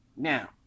Now